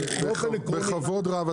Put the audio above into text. בכבוד רב,